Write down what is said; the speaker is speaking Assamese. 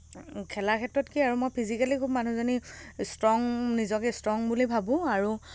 খেলাৰ ক্ষেত্ৰত কি আৰু মই ফিজিকেলি খুব মানুহজনী ষ্ট্ৰং নিজকে ষ্ট্ৰং বুলি ভাবোঁ আৰু